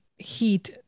heat